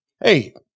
hey